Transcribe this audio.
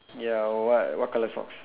ya what what colour socks